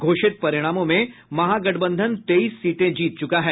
घोषित परिणामों में महागठबंधन तेईस सीटें जीत च्रका है